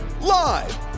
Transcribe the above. Live